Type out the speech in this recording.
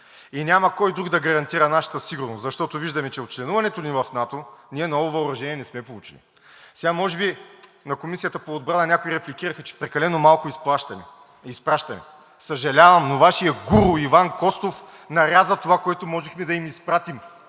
И няма кой друг да гарантира нашата сигурност, защото виждаме, че от членуването ни в НАТО ние ново въоръжение не сме получили. На Комисията по отбрана някои репликираха, че прекалено малко изпращаме. Съжалявам, но Вашия гуру Иван Костов наряза това, което можехме да им изпратим,